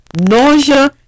nausea